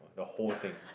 the whole thing